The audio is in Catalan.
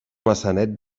maçanet